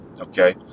Okay